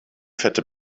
fette